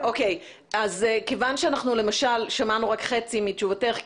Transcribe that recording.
כיוון ששמענו רק חצי מתשובתך,